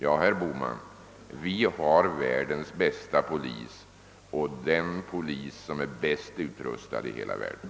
Ja, herr Bohman, vi har världens bästa polis och den polis som är bäst utrustad i hela världen.